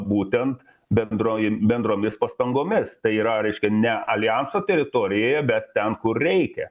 būtent bendroj bendromis pastangomis tai yra reiškia ne aljanso teritorijoje bet ten kur reikia